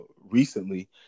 recently